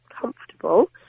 comfortable